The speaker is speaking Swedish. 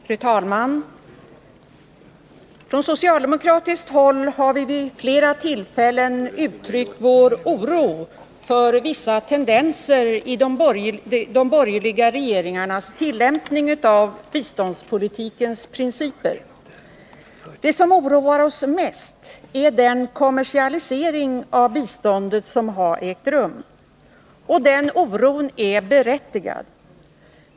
Fru talman! Från socialdemokratiska håll har vi vid flera tillfällen uttryck vår oro för vissa tendenser i de borgerliga regeringarnas tillämpning av biståndspolitikens principer. Det som oroar oss mest är den kommersialisering av biståndet som har ägt rum, och den oron är berättigad.